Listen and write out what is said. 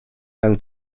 mewn